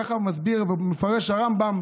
כך מסביר ומפרש הרמב"ם